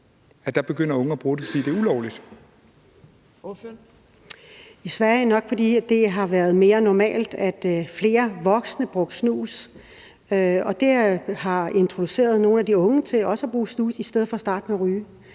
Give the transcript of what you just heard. Ordføreren. Kl. 15:36 Liselott Blixt (DF): I Sverige er det nok, fordi det har været mere normalt, at flere voksne brugte snus. Og det har introduceret nogle af de unge til også at bruge snus i stedet for at starte med at ryge.